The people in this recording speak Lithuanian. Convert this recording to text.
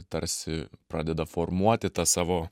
tarsi pradeda formuoti tą savo